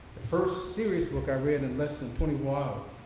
the first serious book i read in less than twenty four hours,